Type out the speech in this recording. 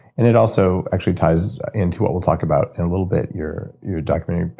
and it also actually ties into what we'll talk about in a little bit. your your documentary,